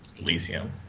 Elysium